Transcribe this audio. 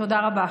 תודה רבה.